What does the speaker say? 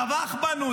טבח בנו,